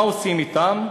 מה עושים אתם?